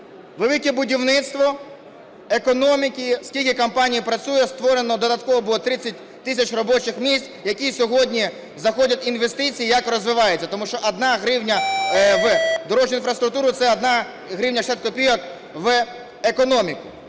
"Велике будівництво" економіки, скільки компаній працює. Створено додатково було 30 тисяч робочих місць, в які сьогодні заходять інвестиції і як розвиваються. Тому що 1 гривня в дорожню інфраструктуру – це 1 гривня 60 копійок в економіку.